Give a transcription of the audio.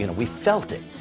and we felt it.